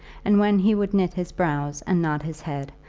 and when he would knit his brows and nod his head,